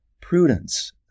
prudence